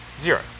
Zero